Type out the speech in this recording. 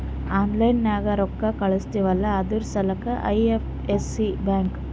online ನಾಗ್ ರೊಕ್ಕಾ ಕಳುಸ್ತಿವ್ ಅಲ್ಲಾ ಅದುರ್ ಸಲ್ಲಾಕ್ ಐ.ಎಫ್.ಎಸ್.ಸಿ ಬೇಕ್